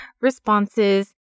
responses